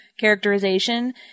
characterization